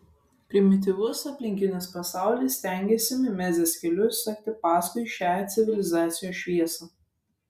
primityvus aplinkinis pasaulis stengiasi mimezės keliu sekti paskui šią civilizacijos šviesą